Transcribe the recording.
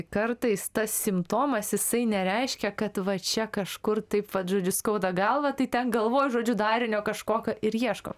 kartais tas simptomas visai nereiškia kad va čia kažkur taip vat žodžiu skauda galvą tai ten galvoj žodžių darinio kažkokio ir ieškom